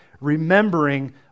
remembering